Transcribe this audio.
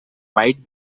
might